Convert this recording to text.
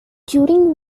during